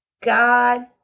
God